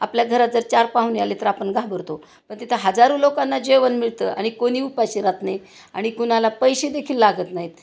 आपल्या घरात जर चार पाहूणे आले तर आपण घाबरतो पण तिथं हजारो लोकांना जेवण मिळतं आणि कोणी उपाशी राहत नाही आणि कुणाला पैसे देखील लागत नाहीत